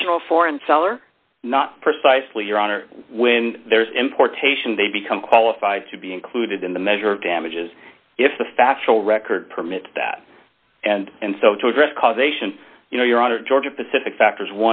original foreign seller not precisely your honor when there's importation they become qualified to be included in the measure of damages if the factual record permits that and and so to address causation you know your honor georgia pacific factors